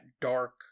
dark